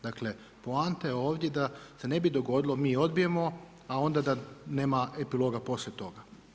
Dakle, poanta je ovdje da se ne bi dogodilo mi odbijemo, a onda da nema epiloga poslije toga.